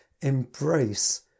embrace